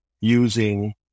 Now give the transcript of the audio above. using